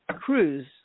cruise